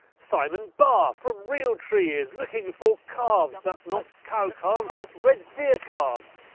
simon barr from realtree is looking for calves. that is not cow calves, that is red deer calves.